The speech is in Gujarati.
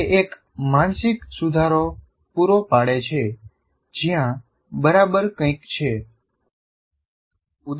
તે એક માનસિક સુધારો પૂરો પાડે છે જ્યાં બરાબર કંઈક છે